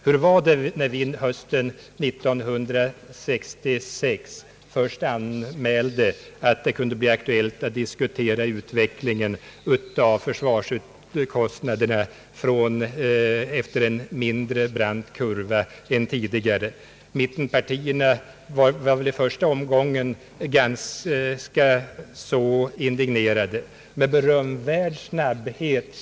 Hur var det när vi hösten 1966 först anmälde att det kunde bli aktuellt att diskutera utvecklingen av försvarskostnaderna efter en mindre brant kurva än tidigare? Mittenpartierna var väl i första omgången ganska indignerade, men man samlade sig med berömvärd snabbhet.